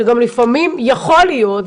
מעלים כאן שלפעמים יכול להיות,